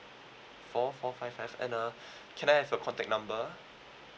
four four five five and uh can I have your contact number